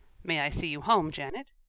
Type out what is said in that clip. may i see you home, janet?